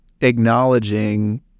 acknowledging